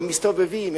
הם מסתובבים פה,